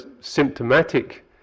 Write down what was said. symptomatic